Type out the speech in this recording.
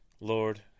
lord